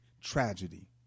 tragedy